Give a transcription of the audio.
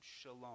shalom